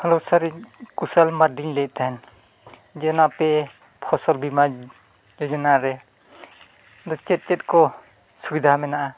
hello sir ᱤᱧ ᱠᱩᱥᱟᱹᱞ ᱢᱟᱨᱰᱤᱧ ᱞᱟᱹᱭᱮᱫ ᱛᱟᱦᱮᱱ ᱡᱮ ᱟᱯᱮ ᱯᱷᱚᱥᱚᱞ ᱵᱤᱢᱟ ᱡᱳᱡᱚᱱᱟ ᱨᱮ ᱪᱮᱫ ᱪᱮᱫ ᱠᱚ ᱥᱩᱵᱤᱫᱷᱟ ᱢᱮᱱᱟᱜᱼᱟ